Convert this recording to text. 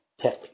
tech